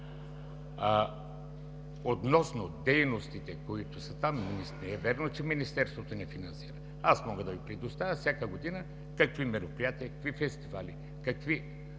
Относно дейностите, които са там – не е вярно, че Министерството не финансира. Аз мога да Ви предоставя всяка година какви мероприятия, какви фестивали, какви